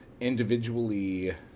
individually